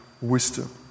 wisdom